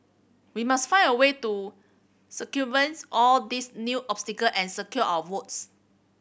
we must find a way to circumvents all these new obstacle and secure our votes